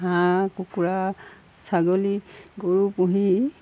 হাঁহ কুকুৰা ছাগলী গৰু পুহি